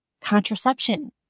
contraception